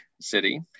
City